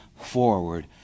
forward